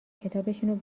کتابشونو